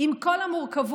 עם כל המורכבות,